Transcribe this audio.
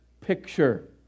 picture